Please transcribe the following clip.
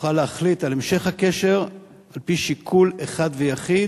יוכל להחליט על המשך הקשר על-פי שיקול אחד ויחיד,